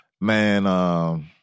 Man